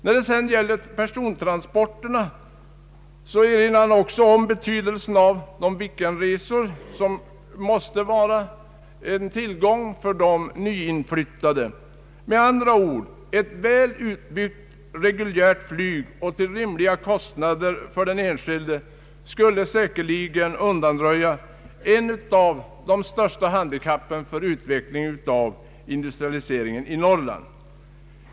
När det sedan gäller persontransporterna, så erinrar direktör Wickberg om betydelsen av weekendresor för de inflyttade. Med andra ord: ett väl utbyggt reguljärt flyg och till rimliga kostnader för den enskilde skulle säkerligen undanröja ett av de största handikappen för en utvecklad industrialisering av Norrland.